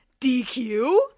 DQ